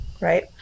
right